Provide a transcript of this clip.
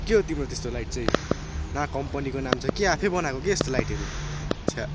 के हो तिम्रो त्यस्तो लाइट चाहिँ न कम्पनीको नाम छ के आफै बनाएको हो कि यस्तो लाइटहरू छ्या